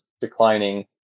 declining